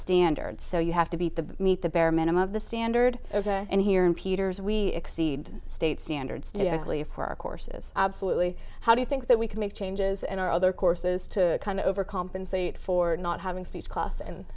standards so you have to beat the meet the bare minimum of the standard and here in peters we exceed state standards to actually for our courses absolutely how do you think that we can make changes and our other courses to come to overcompensate for not having speech cost and